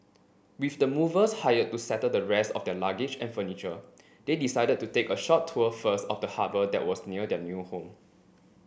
with the movers hired to settle the rest of their luggage and furniture they decided to take a short tour first of the harbour that was near their new home